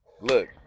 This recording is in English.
look